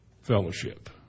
fellowship